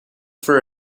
for